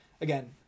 again